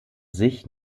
sich